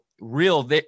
Real